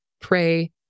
pray